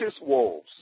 wolves